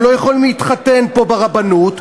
הם לא יכולים להתחתן פה ברבנות,